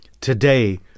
Today